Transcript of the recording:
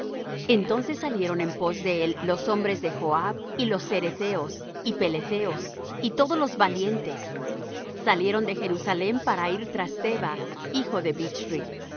entonces salieron en pos de él los hombres de joab y los ceretheos y peletheos y todos los valientes salieron de jerusalem para ir tras seba hijo de